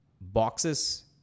boxes